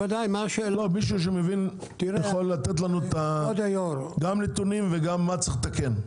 מישהו שמבין יכול לתת לנו את הנתונים ואת מה שצריך לתקן?